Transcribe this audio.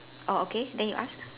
oh okay then you ask